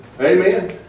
Amen